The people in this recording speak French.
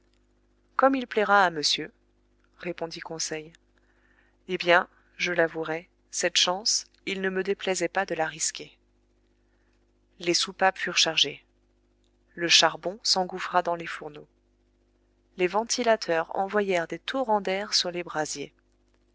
comme il plaira à monsieur répondit conseil eh bien je l'avouerai cette chance il ne me déplaisait pas de la risquer les soupapes furent chargées le charbon s'engouffra dans les fourneaux les ventilateurs envoyèrent des torrents d'air sur les brasiers